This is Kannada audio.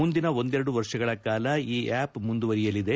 ಮುಂದಿನ ಒಂದರೆಡು ವ ಗಳ ಕಾಲ ಈ ಆಪ್ ಮುಂದುವರಿಯಲಿದೆ